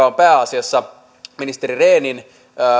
on pääasiassa ministeri rehnin